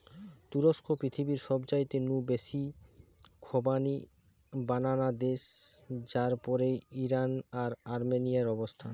তুরস্ক পৃথিবীর সবচাইতে নু বেশি খোবানি বানানা দেশ যার পরেই ইরান আর আর্মেনিয়ার অবস্থান